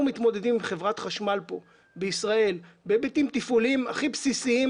מתמודדים כאן עם חברת חשמל בהיבטים תפעוליים הכי בסיסיים,